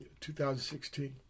2016